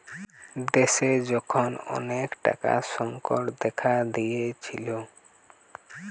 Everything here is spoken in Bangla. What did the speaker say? দেশে যখন অনেক টাকার সংকট দেখা দিয়েছিলো